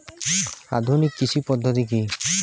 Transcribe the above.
আধুনিক কৃষি পদ্ধতি কী?